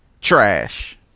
Trash